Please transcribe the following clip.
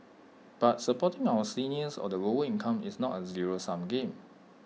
but supporting our seniors or the lower income is not A zero sum game